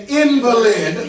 invalid